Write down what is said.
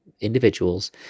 individuals